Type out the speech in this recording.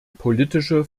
politische